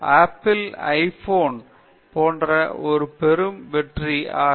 apple iPhone போன்ற ஒரு பெரும் வெற்றி ஆக